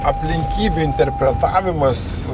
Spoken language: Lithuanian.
aplinkybių interpretavimas